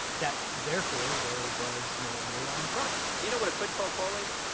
that therefore there was no underlying crime. you know what a quid pro quo is?